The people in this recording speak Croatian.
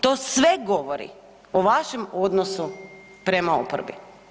To sve govori o vašem odnosu prema oporbi.